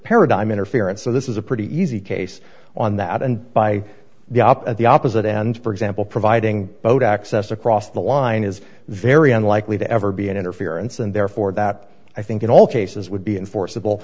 paradigm interfere and so this is a pretty easy case on that and by the op at the opposite end for example providing boat access across the line is very unlikely to ever be an interference and therefore that i think in all cases would be enforceable